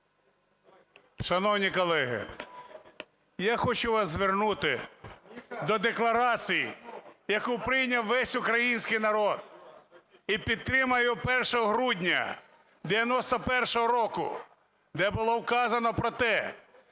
Шановні колеги, я хочу вас звернути до декларації, яку прийняв весь український народ і підтримав 1 грудня 91-го року, де було вказано про те,